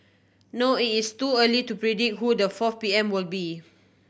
no it is too early to predict who the fourth P M will be